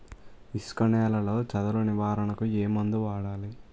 ఇసుక నేలలో చదల నివారణకు ఏ మందు వాడాలి?